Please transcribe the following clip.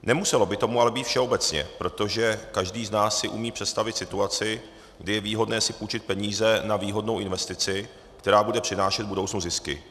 Nemuselo by tomu ale být všeobecně, protože každý z nás si umí představit situaci, kdy je výhodné si půjčit peníze na výhodnou investici, která bude přinášet v budoucnu zisky.